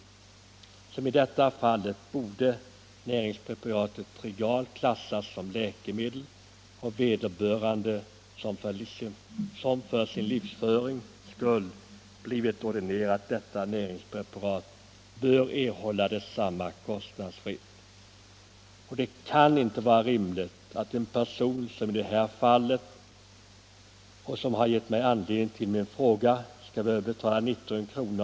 I detta fall anser jag att näringspreparatet Trilgar borde klassas som läkemedel och att vederbörande, som för att kunna fortsätta att leva blivit ordinerad detta näringspreparat, bör erhålla detsamma kostnadsfritt. Det kan inte vara rimligt att en person såsom i det här fallet — som har givit anledning till min fråga — skall behöva betala 19 kr.